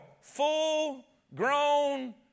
full-grown